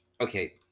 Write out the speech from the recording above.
okay